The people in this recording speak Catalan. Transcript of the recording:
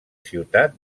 ciutat